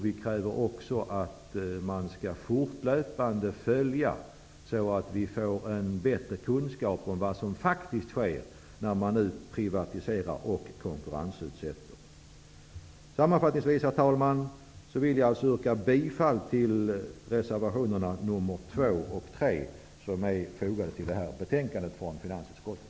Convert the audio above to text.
Vi kräver också att man fortlöpande skall följa detta så att vi får en bättre kunskap om vad som faktiskt sker när man privatiserar och konkurrensutsätter. Herr talman! Sammanfattningsvis vill jag yrka bifall till reservationerna nr 2 och 3 som är fogade till det här betänkandet från finansutskottet.